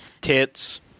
tits